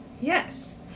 yes